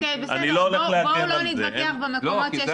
אוקיי, בואו לא נתווכח במקום שיש הסכמה.